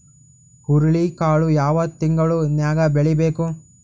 ಹುರುಳಿಕಾಳು ಯಾವ ತಿಂಗಳು ನ್ಯಾಗ್ ಬೆಳಿಬೇಕು?